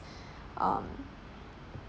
uh